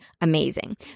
amazing